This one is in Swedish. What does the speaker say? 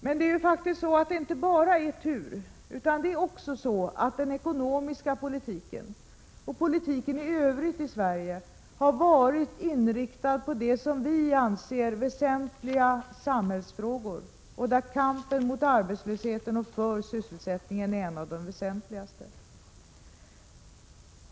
Men det är inte bara fråga om tur, utan den ekonomiska politiken och politiken i övrigt i Sverige har inriktats på väsentliga samhällsfrågor, där kampen mot arbetslösheten och för sysselsättningen är en av de mest väsentliga.